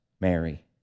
Mary